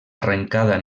arrencada